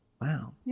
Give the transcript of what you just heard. wow